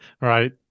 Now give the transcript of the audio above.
Right